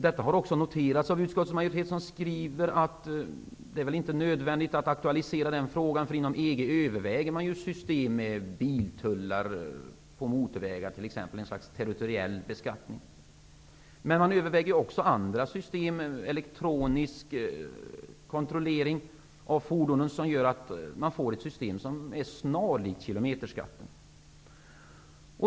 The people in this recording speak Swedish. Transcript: Detta har också noterats av utskottsmajoriteten, som skriver att det inte är nödvändigt att auktualisera den frågan, för inom EG överväger man system med biltullar, på motorväg t.ex., ett slags territoriell beskattning. Men man överväger också andra system, elektronisk kontroll av fordonen som gör att man får ett system som är snarlikt kilometerskatten.